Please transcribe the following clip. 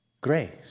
grace